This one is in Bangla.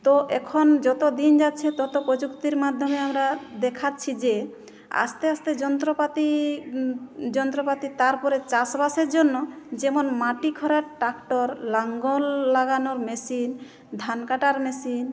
তো এখন যত দিন যাচ্ছে তত প্রযুক্তির মাধ্যমে আমরা দেখাচ্ছি যে আস্তে আস্তে যন্ত্রপাতি যন্ত্রপাতি তারপরে চাষবাসের জন্য যেমন মাটি খোঁড়ার ট্র্যাক্টর লাঙল লাগানো মেশিন ধান কাটার মেশিন